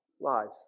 lives